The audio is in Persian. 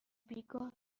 بیگاه